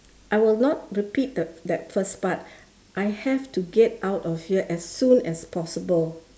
I will not repeat that that first part I have to get out of here as soon as possible